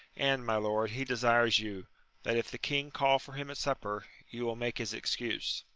and, my lord, he desires you that, if the king call for him at supper, you will make his excuse.